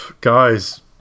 Guys